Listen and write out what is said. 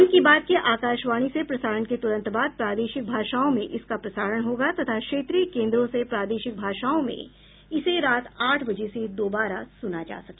मन की बात के आकाशवाणी से प्रसारण के तुरंत बाद प्रादेशिक भाषाओं में इसका प्रसारण होगा तथा क्षेत्रीय केन्द्रों से प्रादेशिक भाषाओं में इसे रात आठ बजे से दोबारा सुना जा सकेगा